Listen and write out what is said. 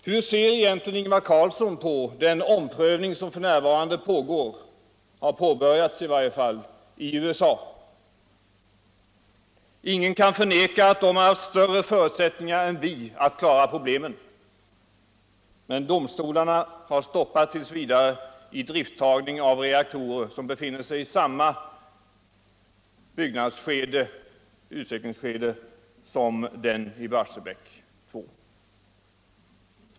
Hur ser egentligen Ingvar Carlsson på den omprövning av kärnkraftens problem som har påbörjats i USA? Ingen kan förneka att man där har haft större förutsättningar än vi att klara problemen. Men domstolarna har t. v. stoppat idriftiagning av reaktorer som befinner sig i samma utvecklingsskede som Barsebäck 2.